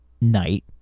night